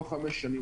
לא חמש שנים,